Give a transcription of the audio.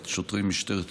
את שוטרי משטרת ישראל,